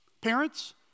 Parents